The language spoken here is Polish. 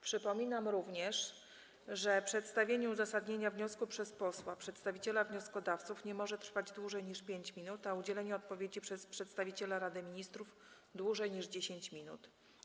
Przypominam również, że przedstawienie uzasadnienia wniosku przez posła przedstawiciela wnioskodawców nie może trwać dłużej niż 5 minut, a udzielenie odpowiedzi przez przedstawiciela Rady Ministrów - dłużej niż 10 minut.